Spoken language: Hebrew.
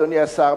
אדוני השר,